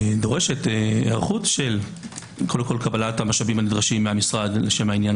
דורשת היערכות של קבלת המשאבים הנדרשים מהמשרד לשם העניין